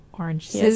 orange